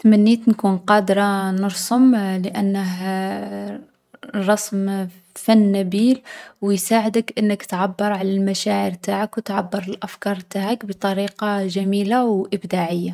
تمنيت نكون قادرة نرسم لأنه الرسم فن نبيل و يساعدك أنك تعبّر على المشاعر نتاعك و تعبّر الأفكار نتاعك بطريقة جميلة و إبداعية.